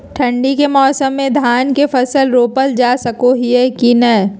ठंडी के मौसम में धान के फसल रोपल जा सको है कि नय?